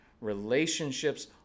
Relationships